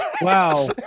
Wow